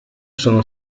sono